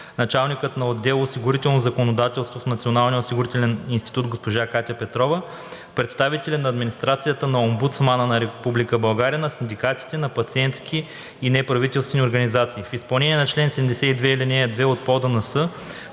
началникът на отдел „Осигурително законодателство“ в Националния осигурителен институт г-жа Катя Петрова, представители на администрацията на Омбудсмана на Република България, на синдикатите и на пациентски и неправителствени организации. В изпълнение на чл. 72, ал. 2 от